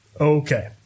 Okay